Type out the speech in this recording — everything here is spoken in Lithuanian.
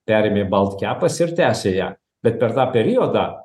perėmė balt kepas ir tęsė ją bet per tą periodą